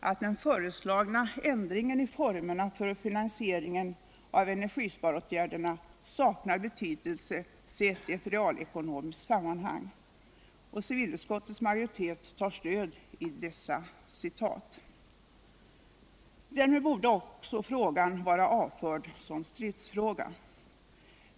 att ”den föreslagna ändringen i formerna för finansie 41 ringen av cenergisparåtgärderna saknar betydelse sett i ev realekonomiskt sammanhang.” Civilutskottets majoritet tar stöd i dessa citat. Därmed borde också frågan vara avförd som stridsfråga.